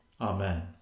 Amen